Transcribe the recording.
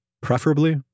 preferably